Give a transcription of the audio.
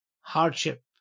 hardship